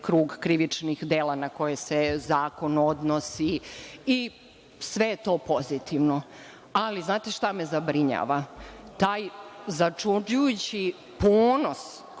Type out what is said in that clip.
krug krivičnih dela na koje se zakon odnosi i sve je to pozitivno. Ali, znate šta me zabrinjava? Taj začuđujući ponos